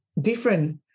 different